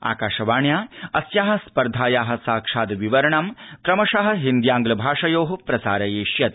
आकाशवाण्या अस्याः स्पर्धायाः साक्षाद्विववरण क्रमशः हिन्द्याङ्ग्ल भाषयोः प्रसारविष्यते